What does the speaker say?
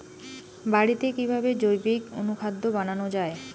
বাড়িতে কিভাবে জৈবিক অনুখাদ্য বানানো যায়?